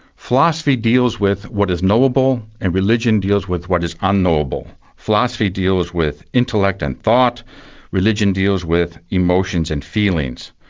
philosophy deals with what is knowable and religion deals with what is unknowable. philosophy deals with intellect and thought religion deals with emotions and feelings.